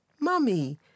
Mummy